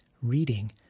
reading